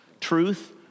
truth